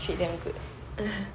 you can still treat them